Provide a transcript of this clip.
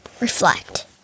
reflect